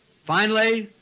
finally,